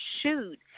shoot